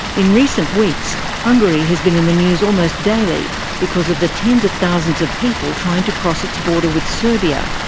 in recent weeks, hungary has been in the news almost daily because of the tens of thousands of people trying to cross its border with serbia,